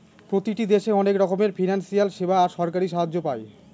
প্রতিটি দেশে অনেক রকমের ফিনান্সিয়াল সেবা আর সরকারি সাহায্য পায়